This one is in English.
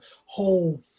whole